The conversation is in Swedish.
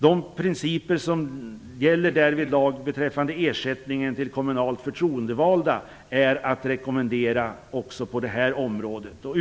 De principer som därvidlag gäller beträffande ersättningen till kommunalt förtroendevalda är att rekommendera också på det här området.